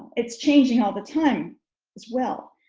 it's changing all the time as well.